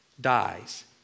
dies